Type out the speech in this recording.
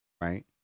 right